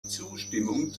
zustimmung